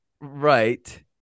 Right